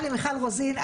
למיכל רוזין,